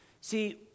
See